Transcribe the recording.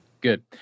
Good